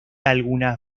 algunas